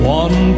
one